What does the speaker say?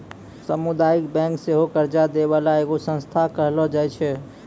समुदायिक बैंक सेहो कर्जा दै बाला एगो संस्थान कहलो जाय छै